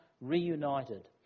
reunited